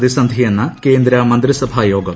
പ്രതിസന്ധിയെന്ന് കേന്ദ്ര മന്ത്രിസഭാ യോഗം